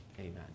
amen